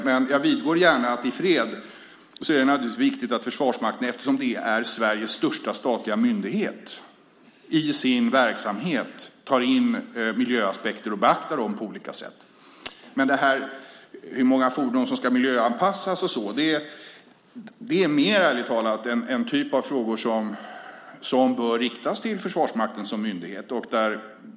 Men jag vidgår gärna att det i fred naturligtvis är viktigt - eftersom Försvarsmakten är Sveriges största statliga myndighet - att man tar in miljöaspekter och beaktar dem på olika sätt. Hur många fordon som ska miljöanpassas är ärligt talat mer en typ av frågor som bör riktas till Försvarsmakten som myndighet.